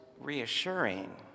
reassuring